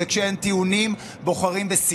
יש לנו עניין לעשות.